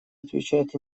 отвечают